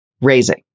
raising